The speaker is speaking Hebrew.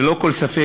ללא כל ספק,